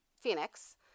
Phoenix